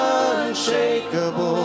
unshakable